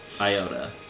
Iota